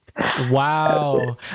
Wow